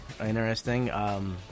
Interesting